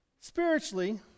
spiritually